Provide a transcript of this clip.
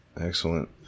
Excellent